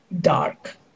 dark